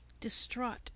distraught